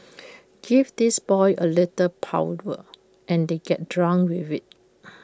give these boys A little power and they get drunk with IT